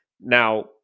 Now